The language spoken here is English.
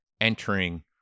entering